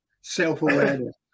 self-awareness